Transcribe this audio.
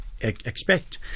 expect